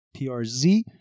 PRZ